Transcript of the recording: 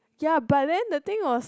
ya but then the thing was